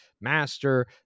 master